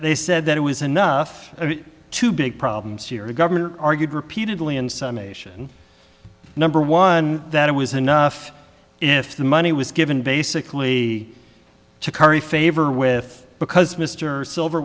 they said that it was enough of two big problems here the governor argued repeatedly in summation number one that it was enough if the money was given basically to curry favor with because mr silver